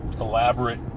elaborate